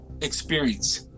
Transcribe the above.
experience